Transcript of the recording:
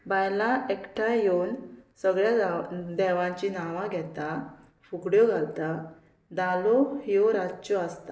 बायलां एकठांय येवन सगळ्या जाव देवांची नांवां घेता फुगड्यो घालता धालो ह्यो रातच्यो आसता